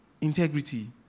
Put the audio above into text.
Integrity